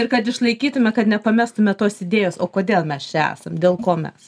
ir kad išlaikytume kad nepamestume tos idėjos o kodėl mes čia esam dėl ko mes